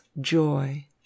joy